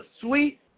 sweet